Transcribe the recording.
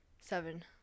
seven